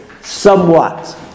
somewhat